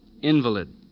Invalid